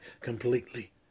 completely